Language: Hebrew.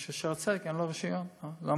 אלא ש"שערי צדק" אין לו רישיון להמטולוגית.